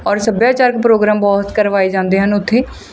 ਔਰ ਸੱਭਿਆਚਾਰਕ ਪ੍ਰੋਗਰਾਮ ਬਹੁਤ ਕਰਵਾਏ ਜਾਂਦੇ ਹਨ ਉੱਥੇ